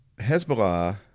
Hezbollah